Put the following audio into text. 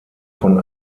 von